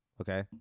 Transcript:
Okay